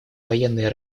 военные